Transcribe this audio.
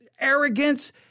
arrogance